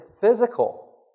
physical